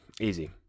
Easy